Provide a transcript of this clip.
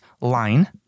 line